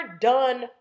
done